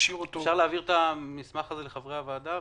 אני אשמח אם תעביר את המסמך לחברי הוועדה.